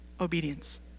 Obedience